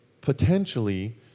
potentially